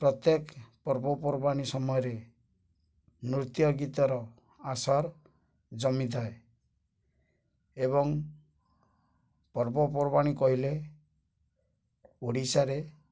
ପ୍ରତ୍ୟେକ ପର୍ବପର୍ବାଣି ସମୟରେ ନୃତ୍ୟ ଗୀତର ଆସର ଜମିଥାଏ ଏବଂ ପର୍ବପର୍ବାଣି କହିଲେ ଓଡ଼ିଶାରେ